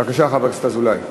בבקשה, חבר הכנסת אזולאי.